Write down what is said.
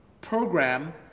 program